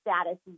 status